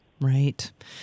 right